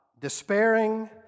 despairing